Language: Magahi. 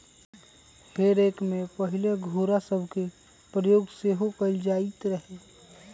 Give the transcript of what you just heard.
हे रेक में पहिले घोरा सभके प्रयोग सेहो कएल जाइत रहै